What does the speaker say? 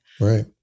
Right